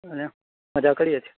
અને મજા કરીએ છે